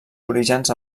orígens